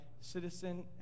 citizen